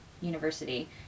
university